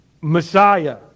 Messiah